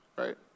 right